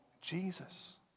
Jesus